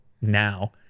now